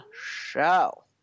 show